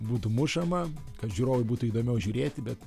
būtų mušama kad žiūrovui būtų įdomiau žiūrėti bet